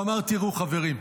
והוא אמר: תראו, חברים,